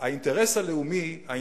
--- את האינטרס הלאומי, אני חושב.